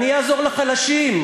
אני אעזור לחלשים.